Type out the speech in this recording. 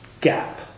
gap